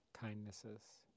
kindnesses